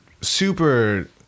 super